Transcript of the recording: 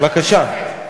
בבקשה.